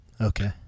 Okay